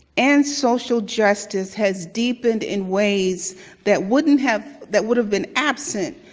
and social justice has deepened in ways that wouldn't have that would've been absent,